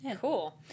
cool